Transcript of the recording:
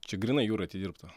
čia grynai jūroj atidirbta